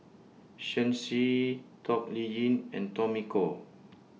Shen Xi Toh Liying and Tommy Koh